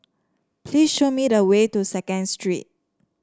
please show me the way to Second Street